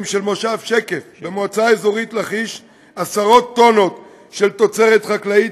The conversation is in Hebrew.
של מושב שקף במועצה אזורית לכיש עשרות טונות של תוצרת חקלאית,